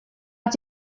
att